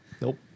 nope